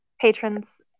Patrons